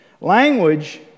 Language